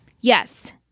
Yes